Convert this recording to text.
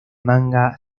manga